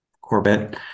Corbett